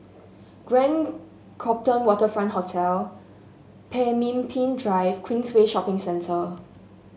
Grand Copthorne Waterfront Hotel Pemimpin Drive Queensway Shopping Centre